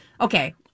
Okay